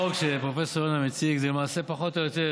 החוק שפרופ' יונה מציג זה למעשה פחות או יותר